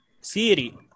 Siri